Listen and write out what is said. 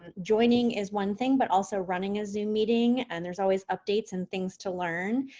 and joining is one thing but also running a zoom meeting. and there's always updates and things to learn.